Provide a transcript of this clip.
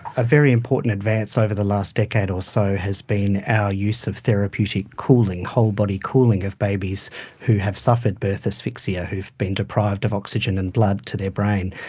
a very important advance over the last decade or so has been our use of therapeutic cooling, whole body cooling of babies who have suffered birth asphyxia, who have been deprived of oxygen and blood to their brain.